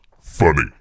funny